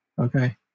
Okay